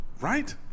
Right